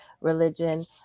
religion